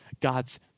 God's